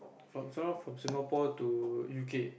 from somewhere from Singapore to U_K